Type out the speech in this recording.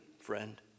friend